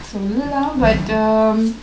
சொல்லலாம்:sollalaam but err